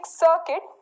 circuit